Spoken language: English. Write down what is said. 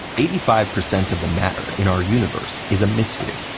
eighty five percent of the matter in our universe is a mystery.